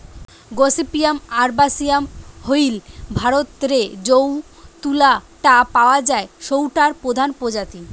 gossypium arboreum হইল ভারতরে যৌ তুলা টা পাওয়া যায় সৌটার প্রধান প্রজাতি